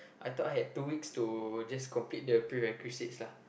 I thought I had two weeks to just complete the prerequisites lah